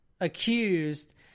accused